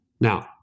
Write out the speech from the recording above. Now